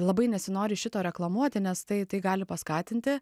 labai nesinori šito reklamuoti nes tai tai gali paskatinti